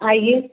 आइए